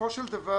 בסופו של דבר,